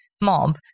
mob